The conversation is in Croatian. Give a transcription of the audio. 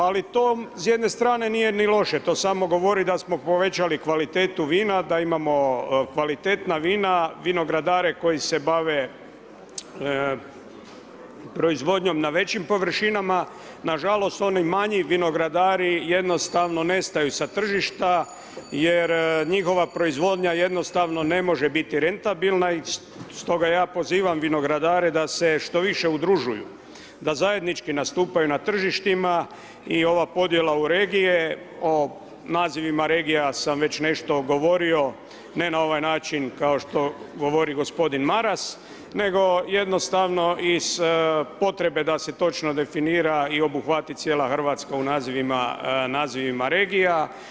Ali to s jedne strane nije ni loše, to samo govori da smo povećali kvalitetu vina da imamo kvalitetna vina, vinogradare koje se bave proizvodnjom na većim površinama, nažalost, oni manji vinogradari, jednostavno nestaju sa tržišta jer njihova proizvodnja, jednostavno ne može biti rentabilna i stoga ja pozivam vinogradare da se što više udružuju, da zajednički nastupaju na tržištima i ova podjela u regije, o nazivima regije sam već nešto govorio, ne na ovaj način, kao što govori gospodin Maras, nego jednostavno i sa potrebe da se točno definira i obuhvati cijela Hrvatska u nazivima regija.